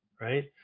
right